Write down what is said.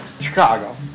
chicago